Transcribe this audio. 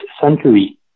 century